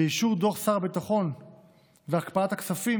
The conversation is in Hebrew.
ואישור דוח שר הביטחון והקפאת הכספים